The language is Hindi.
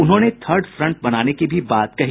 उन्होंने थर्ड फ्रंट बनाने की भी बात कही